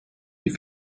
die